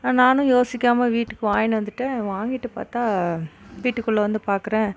நானும் யோசிக்காமல் வீட்டுக்கு வாங்கினு வந்துட்டேன் வாங்கிட்டு பார்த்தா வீட்டுக்குள்ள வந்து பார்க்குறேன்